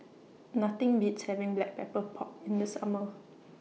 Nothing Beats having Black Pepper Pork in The Summer